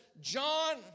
John